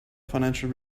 financial